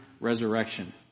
resurrection